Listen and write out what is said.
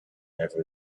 never